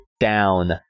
down